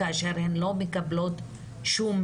כאשר לצערי הן לא מקבלות שום